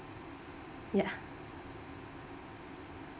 yeah